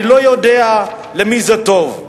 אני לא יודע למי זה טוב.